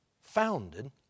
founded